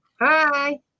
Hi